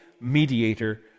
mediator